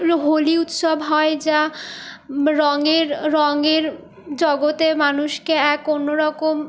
হোলি উৎসব হয় যা রঙের রঙের জগতে মানুষকে এক অন্যরকম